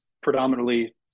predominantly